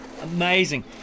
Amazing